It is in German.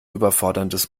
überforderndes